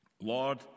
Lord